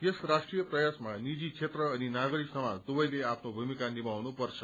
यस राष्ट्रीय प्रयासमा निजी क्षेत्र अनि नागरिक समाज दुवैले आफ्नो भूमिका निमाउनु पर्छ